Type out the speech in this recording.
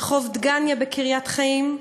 כמו רחוב דגניה בקריית-חיים,